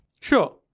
Sure